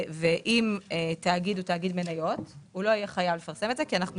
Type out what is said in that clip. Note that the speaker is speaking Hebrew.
כאשר תגיד מניות לא יהיה חייב לפרסם את זה כי אנחנו